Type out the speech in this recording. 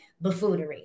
buffoonery